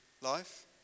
life